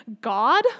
God